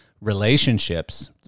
relationships